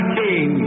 king